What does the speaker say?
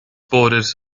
bordered